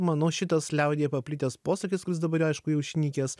manau šitas liaudyje paplitęs posakis kuris dabar aišku jau išnykęs